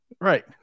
Right